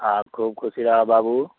आब खूब खुशी रहऽ बाबू